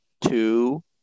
two